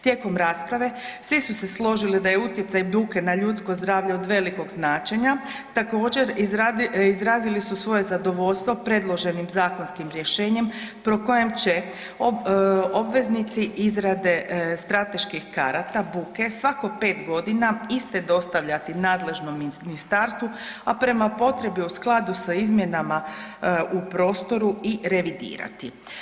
Tijekom rasprave svi su se složili da je utjecaj buke na ljudsko zdravlje od velikog značenja, također izrazili su svoje zadovoljstvo predloženim zakonskim rješenjem po kojem će obveznici izrade strateških karata buke svako pet godina iste dostavljati nadležnom ministarstvu, a prema potrebi u skladu s izmjenama u prostoru i revidirati.